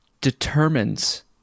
determines